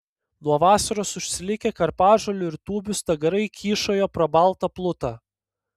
nuo vasaros užsilikę karpažolių ir tūbių stagarai kyšojo pro baltą plutą